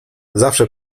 zawsze